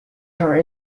her